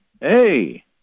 hey